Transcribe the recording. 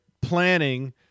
planning